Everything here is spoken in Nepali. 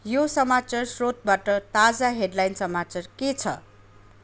यो समाचार स्रोतबाट ताजा हेडलाइन समाचार के छ